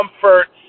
comforts